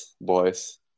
boys